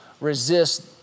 resist